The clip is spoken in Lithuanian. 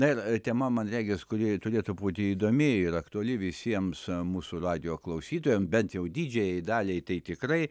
na ir tema man regis kuri turėtų būti įdomi ir aktuali visiems mūsų radijo klausytojam bent jau didžiajai daliai tai tikrai